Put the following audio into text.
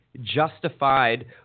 justified